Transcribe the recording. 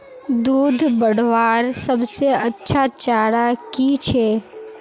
दूध बढ़वार सबसे अच्छा चारा की छे?